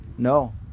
No